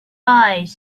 eyes